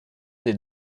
des